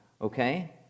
okay